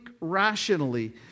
rationally